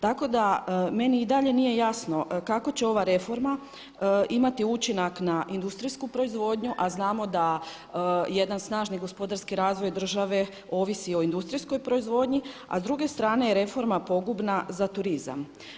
Tako da meni i dalje nije jasno kako će ova reforma imati učinak na industrijsku proizvodnju a znao da jedan snažni gospodarski razvoj države ovisi o industrijskoj proizvodnji, a s druge strane je reforma pogubna za turizam.